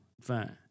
Fine